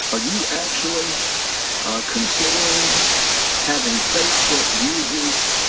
are you actually considering having facebook users